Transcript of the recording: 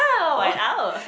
find out